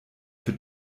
für